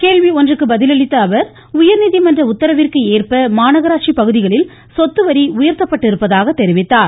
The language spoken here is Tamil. கேள்வி ஒன்றுக்கு பதிலளித்த அவர் உயர்நீதிமன்ற உத்தரவிற்கேற்ப மாநகராட்சி பகுதிகளில் சொத்துவரி உயர்த்தப்பட்டிருப்பதாக கூறினார்